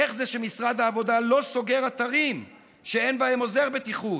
איך זה שמשרד העבודה לא סוגר אתרים שאין בהם עוזר בטיחות?